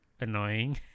annoying